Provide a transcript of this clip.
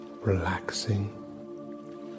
Relaxing